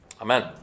Amen